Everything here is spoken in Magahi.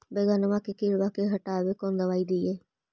बैगनमा के किड़बा के हटाबे कौन दवाई दीए?